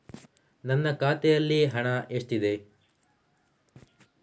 ನನ್ನ ಖಾತೆಯಲ್ಲಿ ಹಣ ಎಷ್ಟಿದೆ?